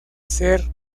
ser